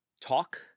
talk